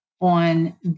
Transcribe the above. on